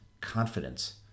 confidence